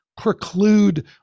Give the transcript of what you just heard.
preclude –